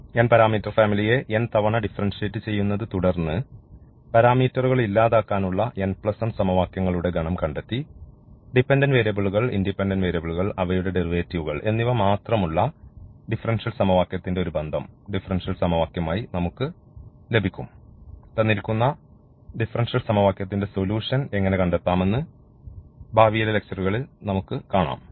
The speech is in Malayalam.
n പാരാമീറ്റർ ഫാമിലിയെ n തവണ differentiate ചെയ്യുന്നത് തുടർന്ന് പാരാമീറ്ററുകൾ ഇല്ലാതാക്കാനുള്ള n 1 സമവാക്യങ്ങളുടെ ഗണം കണ്ടെത്തി ഡിപൻഡന്റ് വേരിയബിളുകൾ ഇൻഡിപെൻഡന്റ് വേരിയബിളുകൾ അവയുടെ ഡെറിവേറ്റീവുകൾ എന്നിവ മാത്രമുള്ള ഡിഫറൻഷ്യൽ സമവാക്യത്തിന്റെ ഒരു ബന്ധം ഡിഫറൻഷ്യൽ സമവാക്യമായി നമുക്ക് ലഭിക്കും തന്നിരിക്കുന്ന ഡിഫറൻഷ്യൽ സമവാക്യത്തിന്റെ സൊല്യൂഷൻ എങ്ങനെ കണ്ടെത്താമെന്ന് ഭാവിയിലെ ലെക്ച്ചറുകളിൽ നമുക്ക് കാണാം